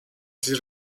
sizi